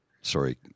Sorry